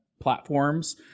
platforms